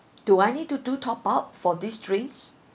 do I need to do top up for these drinks